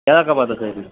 கிழக்க பார்த்த side sir